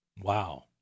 Wow